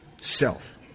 self